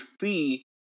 see